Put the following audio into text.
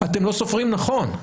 אתם לא סופרים נכון.